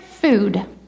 Food